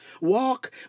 Walk